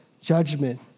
judgment